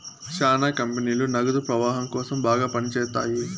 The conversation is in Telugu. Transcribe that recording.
శ్యానా కంపెనీలు నగదు ప్రవాహం కోసం బాగా పని చేత్తాయి